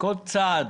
כל סעד